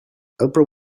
oprah